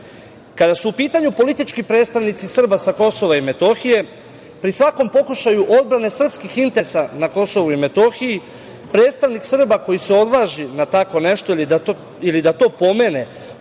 su u pitanju politički predstavnici Srba sa KiM, pri svakom pokušaju odbrane srpskih interesa na KiM, predstavnik Srba koji se odvaži na tako nešto ili da to pomene,